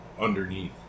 Underneath